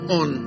on